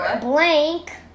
Blank